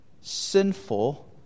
sinful